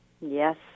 Yes